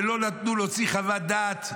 לא נתנו להוציא חוות דעת,